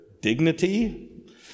dignity